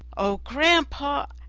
oh, grandpapa,